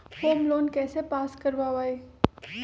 Home loan कैसे pass कर बाबई?